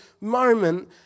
moment